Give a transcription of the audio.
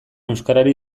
euskarari